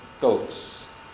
goats